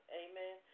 amen